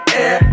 air